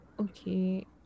okay